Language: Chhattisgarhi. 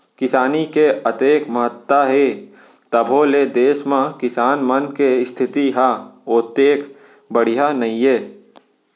किसानी के अतेक महत्ता हे तभो ले देस म किसान मन के इस्थिति ह ओतेक बड़िहा नइये